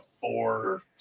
four